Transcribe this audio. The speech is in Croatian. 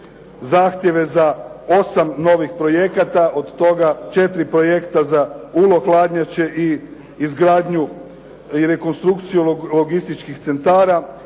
zahtjeve za osam novih projekata, od toga 4 projekta za ULO hladnjače i izgradnju i rekonstrukciju logističkih centara